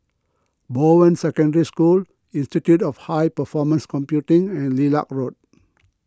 Bowen Secondary School Institute of High Performance Computing and Lilac Road